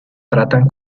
tratan